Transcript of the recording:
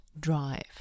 drive